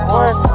one